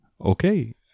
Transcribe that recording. Okay